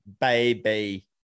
baby